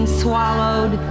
swallowed